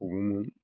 हमोमोन